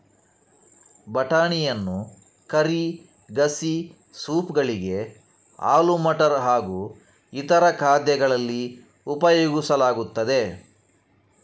ಬಟಾಣಿಯನ್ನು ಕರಿ, ಗಸಿ, ಸೂಪ್ ಗಳಿಗೆ, ಆಲೂ ಮಟರ್ ಹಾಗೂ ಇತರ ಖಾದ್ಯಗಳಲ್ಲಿ ಉಪಯೋಗಿಸಲಾಗುತ್ತದೆ